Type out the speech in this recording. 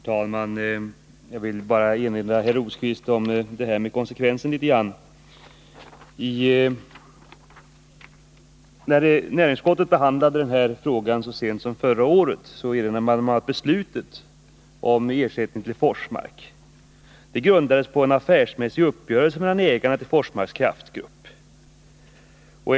Herr talman! Jag vill bara erinra herr Rosqvist om detta med konsekvensen. När näringsutskottet behandlade den här frågan så sent som förra året enades man om beslutet om ersättning till Forsmark. Det grundades på en affärsmässig uppgörelse mellan ägarna till Forsmarks kraftgrupp.